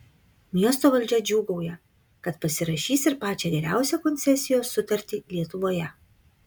miesto valdžia džiūgauja kad pasirašys ir pačią geriausią koncesijos sutartį lietuvoje